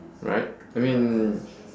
right I mean